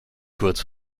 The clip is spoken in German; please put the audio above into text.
kurz